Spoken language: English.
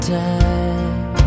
time